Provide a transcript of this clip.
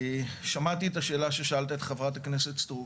שמעתי את השאלה ששאלת את חברת הכנסת סטרוק